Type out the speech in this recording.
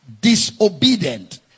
disobedient